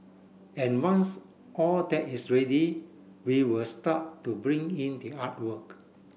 and once all that is ready they will start to bring in the artwork